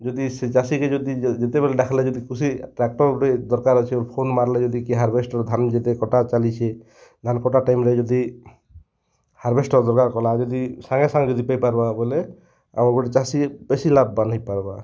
ଯଦି ସେ ଚାଷୀକେ ଯଦି ଯେତେବେଳେ ଡାକ୍ଲା ଯଦି କୃଷି ଟ୍ରାକ୍ଟର୍ ଗୁଟେ ଦରକାର୍ ଅଛି ଫୋନ୍ ମାର୍ଲେ ଯଦି କିଏ ହାରବେଷ୍ଟର୍ ଧାନ୍ ଯେତେ କଟା ଚାଲିଛେ ଧାନ୍ କଟା ଟାଇମ୍ ରେ ଯଦି ହାରବେଷ୍ଟର୍ ଦର୍କାର୍ ପଡ଼ଲା ଯଦି ସାଙ୍ଗେ ସାଙ୍ଗେ ଯଦି ପାଇ ପାର୍ବା ବେଲେ ଆଉ ଗୁଟେ ଚାଷୀ ବେଶୀ ଲାଭବାନ୍ ହେଇପାର୍ବା